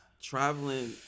traveling